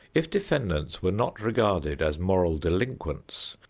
if defendants were not regarded as moral delinquents,